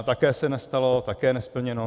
Také se nestalo, také nesplněno.